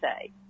say